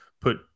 put